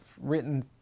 written